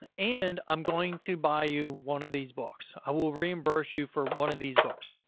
and and i'm going to buy you one of these books. i will reimburse you for one of these books.